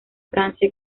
francia